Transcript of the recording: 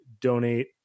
donate